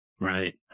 Right